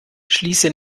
schließe